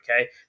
okay